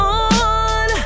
on